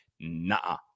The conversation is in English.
nah